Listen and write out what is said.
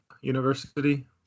University